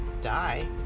die